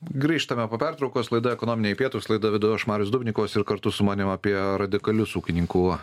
grįžtame po pertraukos laida ekonominiai pietūs laidą vedu aš marius dubnikovas ir kartu su manim apie radikalius ūkininkų